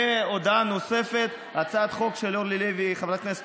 הודעה נוספת: הצעת החוק של חברת הכנסת